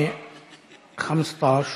חמסטאש.